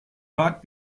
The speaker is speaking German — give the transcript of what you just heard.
park